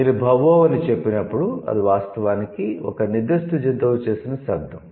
మీరు 'bow wow' అని చెప్పినప్పుడు ఇది వాస్తవానికి ఒక నిర్దిష్ట జంతువు చేసిన శబ్దం